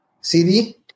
CD